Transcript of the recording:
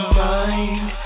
mind